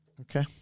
Okay